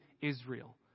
Israel